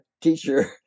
teacher